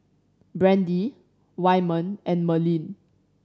Brandie Wyman and Merlene